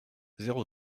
zéro